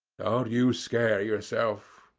don't you scare yourself,